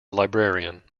librarian